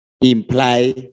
imply